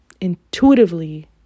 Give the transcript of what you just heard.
intuitively